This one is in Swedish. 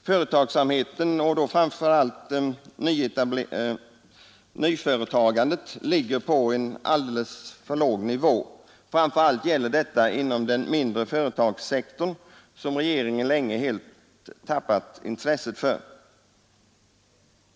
Företagsamheten och framf allt nyföretagandet ligger på en alldeles för låg nivå. Framför allt gäller detta inom den mindre företagssektorn, som regeringen länge helt tappat intresset för.